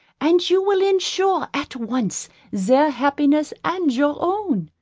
and you will insure at once their happiness and your own.